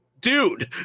dude